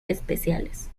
especiales